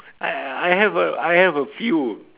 I I have a I have a few